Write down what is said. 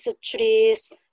trees